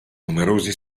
numerosi